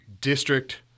district